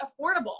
affordable